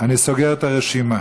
אני סוגר את הרשימה.